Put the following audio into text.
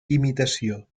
imitació